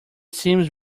seems